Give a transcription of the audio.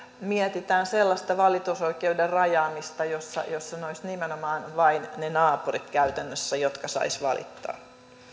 mietitään sellaista valitusoikeuden rajaamista että nimenomaan vain naapurit olisivat käytännössä ne jotka saisivat valittaa